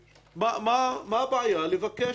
מה הבעיה לבקש?